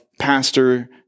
pastor